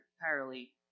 entirely